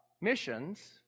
missions